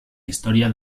historia